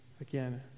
again